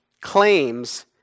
claims